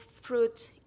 fruit